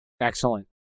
Excellent